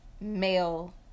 male